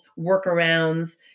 workarounds